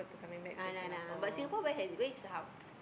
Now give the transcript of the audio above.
ah yeah lah but Singapore where has it where is her house